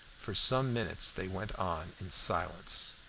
for some minutes they went on in silence.